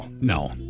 no